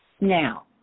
Now